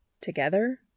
Together